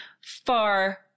far